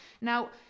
now